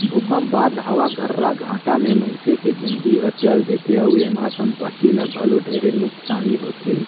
भूकंप बाद हवा गर्राघाटा मे मइनसे के जिनगी हर चल देथे अउ एम्हा संपति ल घलो ढेरे नुकसानी होथे